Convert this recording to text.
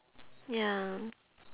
ya